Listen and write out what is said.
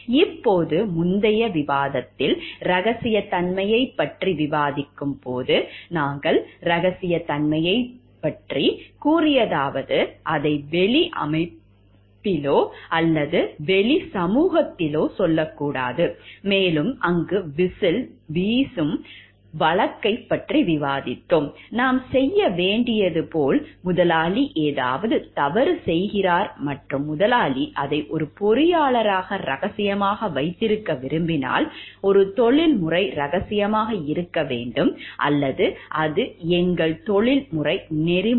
இப்போது முந்தைய விவாதத்தில் ரகசியத்தன்மையைப் பற்றி விவாதிக்கும்போது நாங்கள் ரகசியத்தன்மையைப் பற்றி விவாதித்தோம் அதை வெளி அமைப்பிலோ அல்லது வெளி சமூகத்திலோ சொல்லக்கூடாது மேலும் அங்கு விசில் வீசும் வழக்கைப் பற்றி விவாதித்தோம் நாம் செய்ய வேண்டியது போல் முதலாளி ஏதாவது தவறு செய்கிறார் மற்றும் முதலாளி அதை ஒரு பொறியியலாளராக ரகசியமாக வைத்திருக்க விரும்பினால் ஒரு தொழில்முறை ரகசியமாக இருக்க வேண்டும் அல்லது அது எங்கள் தொழில்முறை நெறிமுறைகள்